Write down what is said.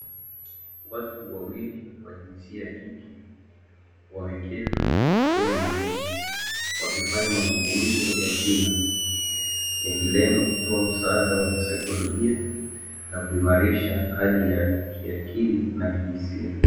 Watu wawili wa jinsia ya kike wameketi kwenye makochi, wakifanya mazungumzo ya kina yakilenga kutoa msaada wa kisaikolojia na kuimarisha hali ya kiakili na kihisia.